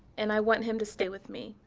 and i want him to stay with me.